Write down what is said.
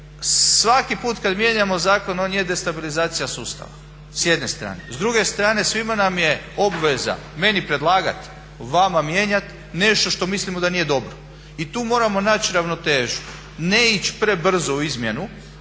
svaki put kad mijenjamo zakon on je destabilizacija sustava s jedne strane. S druge strane svima nam je obveza, meni predlagati, vama mijenjati nešto što mislimo da nije dobro. I tu moramo naći ravnotežu, ne ići prebrzo u izmjenu